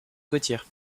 côtière